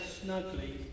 snugly